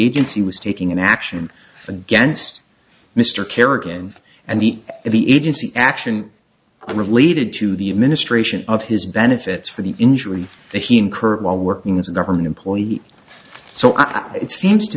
he was taking an action against mr kerrigan and the the agency action related to the administration of his benefits for the injury that he encouraged while working as a government employee so i it seems to